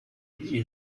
wie